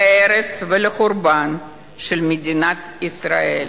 להרס ולחורבן של מדינת ישראל.